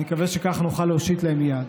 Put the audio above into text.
אני מקווה שכך נוכל להושיט להם יד.